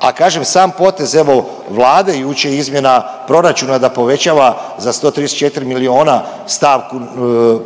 a kažem sam potez evo Vlade i uopće izmjena proračuna da povećava za 134 miliona stavku